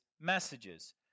messages